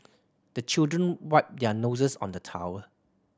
the children wipe their noses on the towel